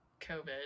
covid